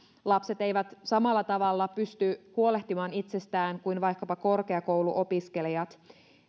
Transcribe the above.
lapset eivät samalla tavalla pysty huolehtimaan itsestään kuin vaikkapa korkeakouluopiskelijat